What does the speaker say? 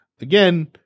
again